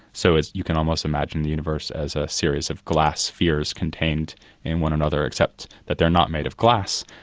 so as you can almost imagine the universe as a series of glass spheres contained in one another, except that they're not made of glass,